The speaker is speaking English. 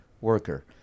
worker